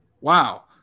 Wow